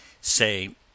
say